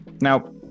Now